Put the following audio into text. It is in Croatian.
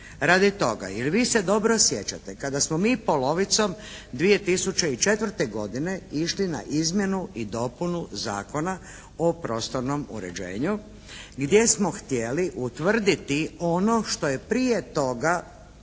radi toga jer vi se dobro sjećate kada smo mi polovicom 2004. godine išli na izmjenu i dopunu Zakona o prostornom uređenju gdje smo htjeli utvrditi ono što je prije toga